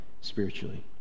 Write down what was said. spiritually